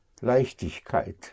Leichtigkeit